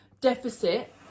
deficit